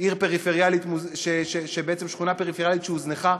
עיר פריפריאלית, בעצם שכונה פריפריאלית שהוזנחה.